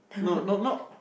no not not